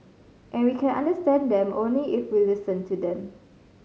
and we can understand them only if we listen to them